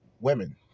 women